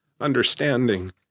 understanding